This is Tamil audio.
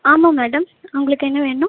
ஆமாம் மேடம் உங்களுக்கு என்ன வேணும்